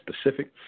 specific